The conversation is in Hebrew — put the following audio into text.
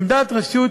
עמדת רשות